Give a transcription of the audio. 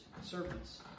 servants